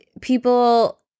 people